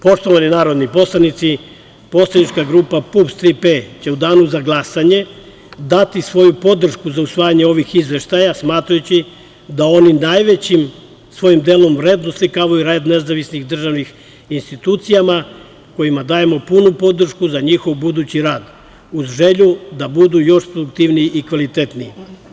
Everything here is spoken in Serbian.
Poštovani narodni poslanici, poslanička grupa PUPS „Tri P“ će u danu za glasanje dati svoju podršku za usvajanje ovih izveštaja smatrajući da onim najvećim svojim delom red oslikavaju rad nezavisnih državnih institucijama kojima dajemo punu podršku za njihov budući rad, uz želju da budu još produktivniji i kvalitetniji.